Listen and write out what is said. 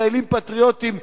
כישראלים פטריוטים,